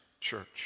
church